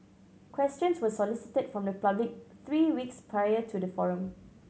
questions were solicited from the public three weeks prior to the forum